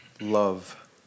love